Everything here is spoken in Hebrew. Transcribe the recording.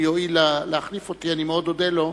אם יואיל להחליף אותי אני מאוד אודה לו,